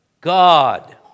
God